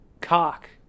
cock